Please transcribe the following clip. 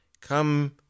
come